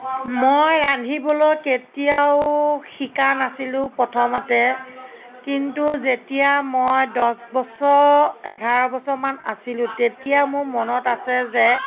মই ৰান্ধিবলৈ কেতিয়াও শিকা নাছিলোঁ প্ৰথমতে কিন্তু যেতিয়া মই দহ বছৰ এঘাৰ বছৰমান আছিলো তেতিয়া মোৰ মনত আছে যে